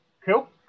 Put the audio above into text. Cool